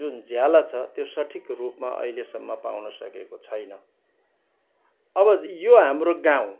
जुन ज्याला छ त्यो सठिक रूपमा अहिलेसम्म पाउन सकेको छैन अब यो हाम्रो गाउँ